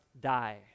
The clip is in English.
die